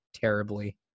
terribly